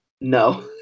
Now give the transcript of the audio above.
No